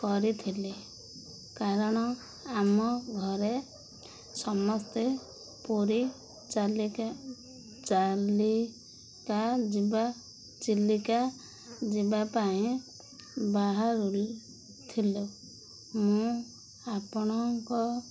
କରିଥିଲି କାରଣ ଆମ ଘରେ ସମସ୍ତେ ପୁରୀ ଚାଲିକା ଚାଲିକା ଯିବା ଚିଲିକା ଯିବା ପାଇଁ ବାହାରୁଥିଲୁ ମୁଁ ଆପଣଙ୍କ